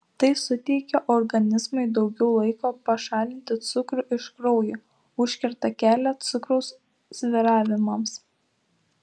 tai suteikia organizmui daugiau laiko pašalinti cukrų iš kraujo užkerta kelią cukraus svyravimams